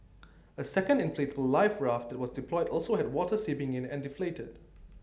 A second inflatable life raft that was deployed also had water seeping in and deflated